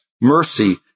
mercy